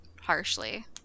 harshly